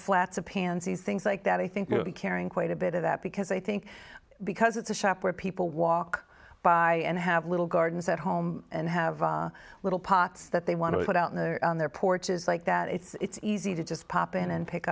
flats of pansies things like that i think you'll be carrying quite a bit of that because i think because it's a shop where people walk by and have little gardens at home and have little pots that they want to put out on their porches like that it's easy to just pop in and pick